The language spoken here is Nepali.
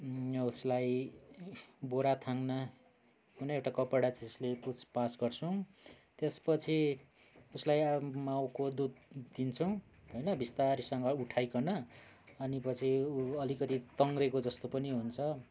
उसलाई बोरा थाङ्ना कुनै एउटा कपडा जसले पुछपाछ गर्छौँ त्यसपछि उसलाई माउको दुध दिन्छौँ होइन बिस्तारीसँग उठाइकन अनि पछि ऊ अलिकति तङ्ग्रेको जस्तो पनि हुन्छ